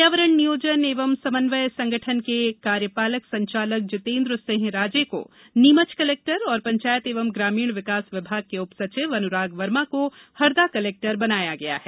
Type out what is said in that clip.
पर्यावरण नियोजन एवं समन्वय संगठन के कार्यपालक संचालक जितेंद्र सिंह राजे को नीमच कलेक्टर और पंचायत एवं ग्रामीण विकास विभाग के उप सचिव अनुराग वर्मा को हरदा कलेक्टर बनाया गया है